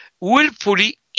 willfully